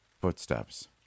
Footsteps